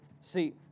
See